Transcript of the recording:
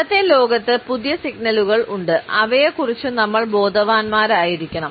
ഇന്നത്തെ ലോകത്ത് പുതിയ സിഗ്നലുകൾ ഉണ്ട് അവയെക്കുറിച്ച് നമ്മൾ ബോധവാന്മാരായിരിക്കണം